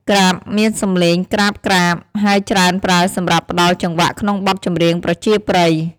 ក្រាប់មានសំឡេងក្រាបៗ ហើយច្រើនប្រើសម្រាប់ផ្តល់ចង្វាក់ក្នុងបទចម្រៀងប្រជាប្រិយ។